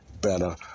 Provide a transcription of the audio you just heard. better